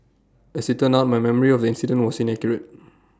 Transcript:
as IT turned out my memory of the incident was inaccurate